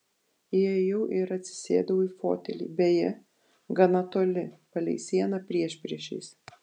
įėjau ir atsisėdau į fotelį beje gana toli palei sieną priešpriešiais